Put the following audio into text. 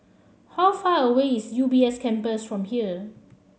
how far away is U B S Campus from here